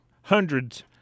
hundreds